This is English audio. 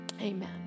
Amen